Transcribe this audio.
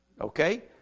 Okay